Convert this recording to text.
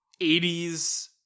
80s